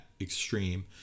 extreme